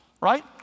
Right